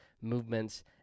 movements